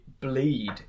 Bleed